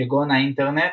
כגון האינטרנט,